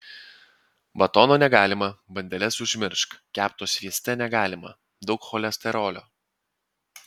batono negalima bandeles užmiršk kepto svieste negalima daug cholesterolio